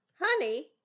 Honey